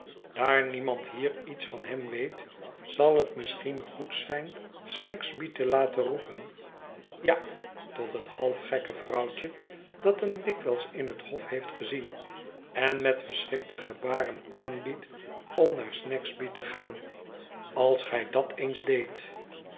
daar niemand hier iets van hem weet zal het misschien goed zijn snagsby te laten roepen ja tot het halfgekke vrouwtje dat hem dikwijls in het hof heeft gezien en met verschrikte gebaren aanbiedt om naar snagsby te gaan als gij dat eens deedt